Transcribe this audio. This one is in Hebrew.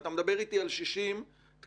ואתה מדבר איתי על 60 תקנים,